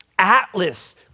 atlas